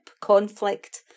conflict